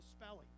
spelling